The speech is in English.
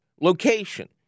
Location